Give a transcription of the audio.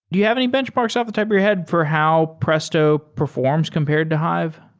do you have any benchmarks off the top of your head for how presto performs compared to hive?